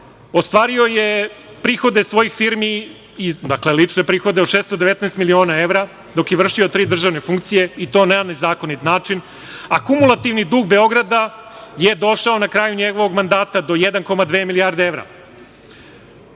ostvario je prihode svojih firmi, dakle, lične prihode od 619 miliona evra, dok je vršio tri državne funkcije, i to na nezakonit način, a kumulativni dug Beograda je došao na kraju njegovog mandata do 1,2 milijarde evra. Grad